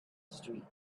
streak